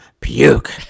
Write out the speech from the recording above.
Puke